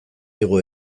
digu